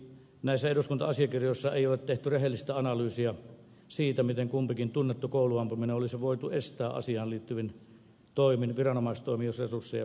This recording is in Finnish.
näissä eduskunta asiakirjoissa ei ole tehty rehellistä analyysiä siitä miten kumpikin tunnettu kouluampuminen olisi voitu estää asiaan liittyvin viranomaistoimin jos resursseja olisi ollut